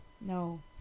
No